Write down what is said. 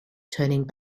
turning